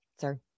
Sir